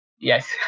Yes